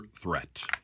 threat